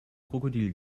krokodil